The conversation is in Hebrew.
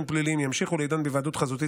פליליים ימשיכו להידון בהיוועדות חזותית,